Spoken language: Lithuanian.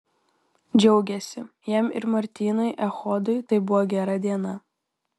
džiaugėsi jam ir martynui echodui tai buvo gera diena